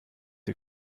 ihr